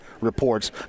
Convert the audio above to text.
reports